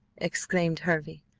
exclaimed hervey.